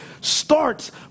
starts